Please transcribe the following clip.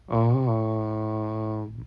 uh